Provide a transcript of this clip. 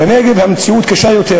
בנגב המציאות קשה יותר: